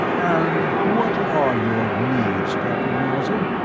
and what are your needs, captain mauser?